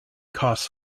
costs